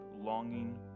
longing